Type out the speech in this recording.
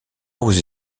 aux